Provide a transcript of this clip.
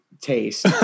taste